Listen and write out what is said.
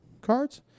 cards